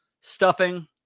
stuffing